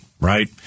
right